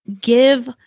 give